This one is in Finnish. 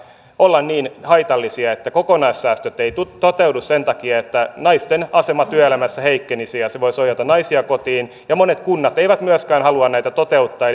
olla niin haitallisia että kokonaissäästöt eivät toteudu sen takia että naisten asema työelämässä heikkenisi ja se voisi ohjata naisia kotiin monet kunnat eivät myöskään halua näitä toteuttaa